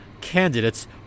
candidates